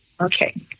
Okay